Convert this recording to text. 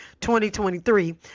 2023